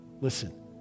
listen